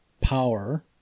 power